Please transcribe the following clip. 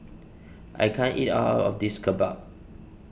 I can't eat all of this Kimbap